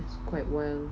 it's quite well